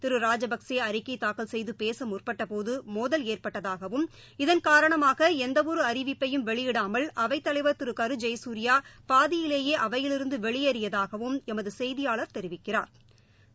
திருராஜபக்சேஅறிக்கைதாக்கல் செய்துபேசமுற்பட்டபோதுமோதல் ஏற்பட்டதாகவும் இதன் வெளியிடாமல் காரணமாகஎந்தஒருஅறிவிப்பையும் அவைத்தலைவர் திருகருஜெயசூரியாபாதியிலேயே அவையிலிருந்துவெளியேறியதாகவும் எமதுசெய்தியாளா் தெரிவிக்கிறாா்